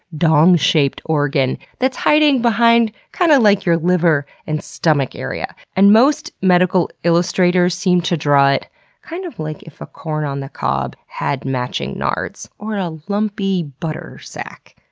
dong-shaped organ that's hiding behind, kind of like, your liver and stomach area. and most medical illustrators seem to draw it kind of like if a corn on the cob had matching nards. or a lumpy butter sac.